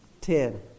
Ten